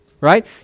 right